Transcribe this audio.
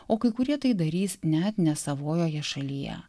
o kai kurie tai darys net ne savojoje šalyje